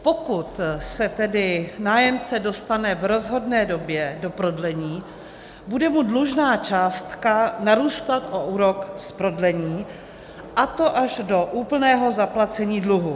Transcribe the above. Pokud se tedy nájemce dostane v rozhodné době do prodlení, bude mu dlužná částka narůstat o úrok z prodlení, a to až do úplného zaplacení dluhu.